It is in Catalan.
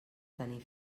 tenir